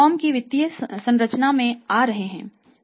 firm की वित्तीय संरचना में आ रहे हैं